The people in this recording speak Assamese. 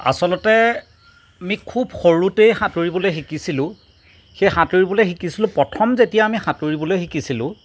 আচলতে আমি খুব সৰুতেই সাঁতুৰিবলৈ শিকিছিলোঁ সেই সাঁতুৰিবলৈ শিকিছিলোঁ প্ৰথম যেতিয়া আমি সাঁতুৰিবলৈ শিকিছিলোঁ